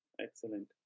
Excellent